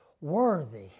worthy